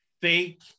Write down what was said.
fake